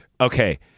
Okay